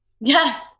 yes